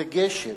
זה גשם.